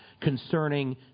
Concerning